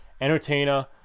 Entertainer